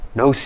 no